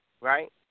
right